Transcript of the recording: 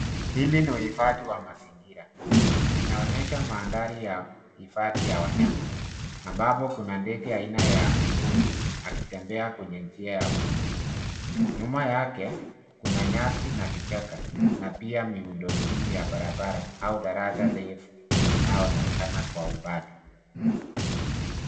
Hili ni uhifadhi wa mazingira. Inaonyesha mandhari ya hifadhi ya wanyama ambapo kuna ndege aina ya mbuni akitembea kwenye njia ya vumbi. Nyuma yake kuna nyasi na vichaka na pia miundombinu ya barabara au daraja refu linaoonekana kwa umbali.